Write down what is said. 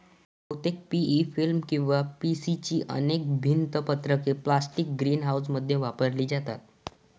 बहुतेक PE film किंवा PC ची अनेक भिंत पत्रके प्लास्टिक ग्रीनहाऊसमध्ये वापरली जातात